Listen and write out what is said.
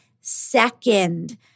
second